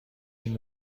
این